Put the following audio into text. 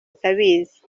atabizi